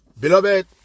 beloved